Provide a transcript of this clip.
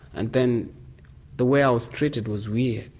and then the way i was treated was weird.